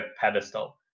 pedestal